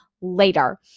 later